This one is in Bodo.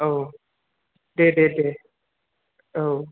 औ दे दे दे औ